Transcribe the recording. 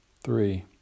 Three